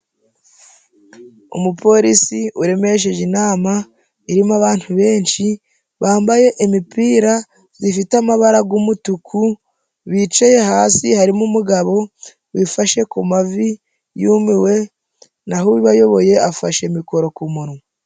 Umupolisi uremesheje inama irimo abantu benshi, bambaye imipira zifite amabara g'umutuku, bicaye hasi harimo umugabo wifashe ku mavi yumiwe naho ubayoboye afashe mikoro ku munwa.